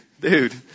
dude